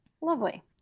lovely